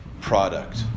product